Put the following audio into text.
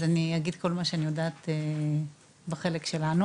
אז אני אגיד כל מה שאני יודעת בחלק שלנו.